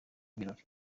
y’ibirori